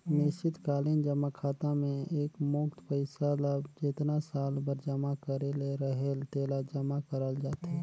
निस्चित कालीन जमा खाता में एकमुस्त पइसा ल जेतना साल बर जमा करे ले रहेल तेला जमा करल जाथे